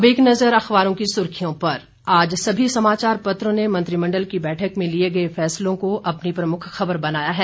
अब एक नजर अखबारों की सुर्खियों पर आज सभी समाचार पत्रों ने मंत्रिमंडल की बैठक में लिए गए फैसलों को अपनी प्रमुख खबर बनाया है